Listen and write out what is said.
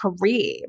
career